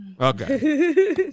Okay